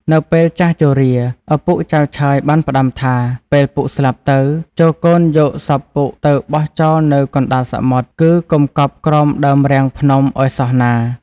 នៅពេលចាស់ជរា ឪពុកចៅឆើយបានផ្តាំថា ពេលពុកស្លាប់ទៅ ចូរកូនយកសពពុកទៅបោះចោលនៅកណ្ដាលសមុទ្រ គឺកុំកប់ក្រោមដើមរាំងភ្នំឲ្យសោះណា។